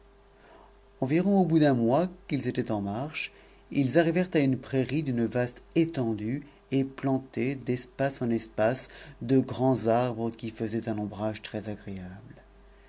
environ au bout d'un mois qu'ils étaient en marche ils arrivèrent une prairie d'une vaste étendue et plantée d'espace en espace de st'amjs arbres qui faisaient un ombrage